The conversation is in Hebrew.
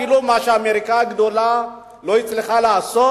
מה שאמריקה הגדולה לא הצליחה לעשות,